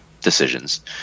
decisions